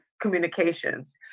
communications